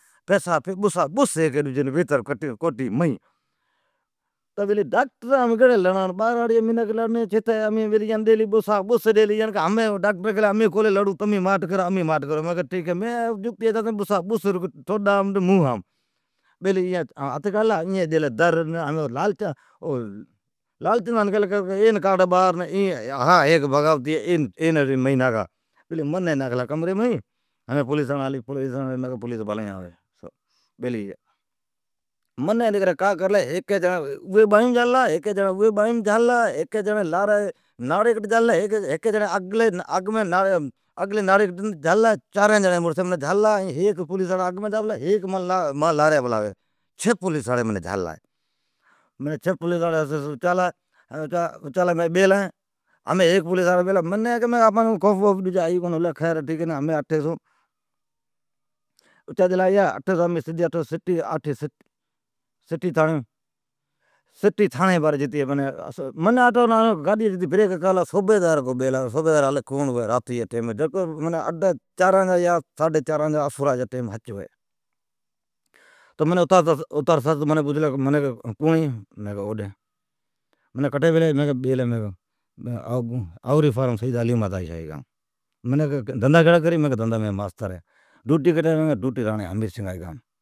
بسا بس کوٹھی مین تو بیلی ڈاکٹرام کیڑی لڑڑ، بھراڑی جی منکھ لڑنی جی چھتی۔ بیلی امین ایان ڈیلی بوسا بس ،ڈاکٹری کیلی ھمین تمین ماٹھ کرا یمن کونی لی لڑون۔ منین ھیکی کوٹھی مئین ناکھلا، مانجا بھاوا لالچندان کیلی این کاڈ بار ھا ھیک بغاوتے ھی این با کاڈا۔ کوٹھی مئین بیساڑان ھا ھمراھ ھرامی ہے۔ این کمری ناکھا ، بیلی من ناکھلا کمری می پولیسن فون کرلی پولیس آلاڑی مین کیلی پولیس بھلی آوی ،منین کا کرلی تو ھیکی جیڑی اویم بائیم جھال لا ائین ڈجی جیڑی ڈجی بائیم جھال لا ڈوباھیام جھالال آگی ناڑیم جھاللا لاری ناڑیم جھاللا، منین چارین مڑس جھاللا ھی ائین ھیک پولیساڑا ماس آگمی جا پلا ، ائین ھیک مان لاری آوی پلا ۔چھی پولیساڑین جھاللا ھی۔ منی خوف ڈجا ھئی کونی۔ ڈجی ھلی خیر سدای گاڈی ٹھک پچھی سٹی تھڑیم گیتی گلی۔ صوبیدار بیلا ھوی، الی کوڑ ھوی۔ چاران جا ساڈی چاران جا ٹائیم ھچ ھوی ۔منین پوچھلی کوڑ ھی مین کیلی اوڈ ہے، کٹھی بیلا ھی، مین کیلی آھوری فاریم سید علی مردان شاھ جی گانم، ڈھنڈھا کیڑا کری مین کیلی ماستر ہین۔ دھوٹھی کٹھی کری چھی، مین کیلی راڑین ھمیر سینگا جی گانم